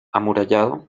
amurallado